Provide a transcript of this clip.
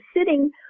sitting